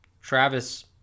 travis